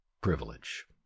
privilege